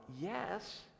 yes